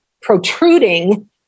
protruding